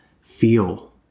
feel